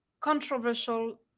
controversial